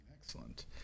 excellent